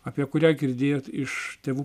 apie kurią girdėjot iš tėvų